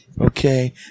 okay